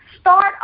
Start